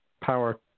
power